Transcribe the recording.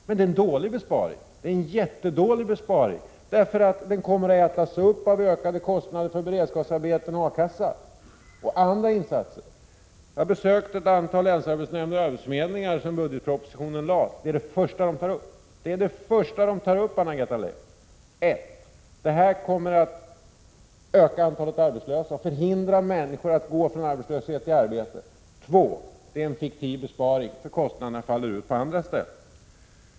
Men det är en dålig besparing. Det är en jättedålig besparing, för den kommer att ätas upp av ökade kostnader för beredskapsarbeten, A-kassa och andra insatser. Jag har besökt ett antal länsarbetsnämnder och arbetsförmedlingar sedan budgetproposition lades fram. Detta är vad de tar upp, Anna-Greta Leijon: 1. Det här förslaget kommer att öka antalet arbetslösa och förhindra människor att gå från arbetslöshet till arbete. 2. Det är en fiktiv besparing, för kostnaderna faller ut på andra ställen.